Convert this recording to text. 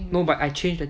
no but I change the tip